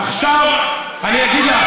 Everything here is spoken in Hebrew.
עכשיו, אני אגיד לך,